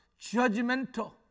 judgmental